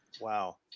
Wow